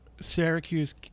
Syracuse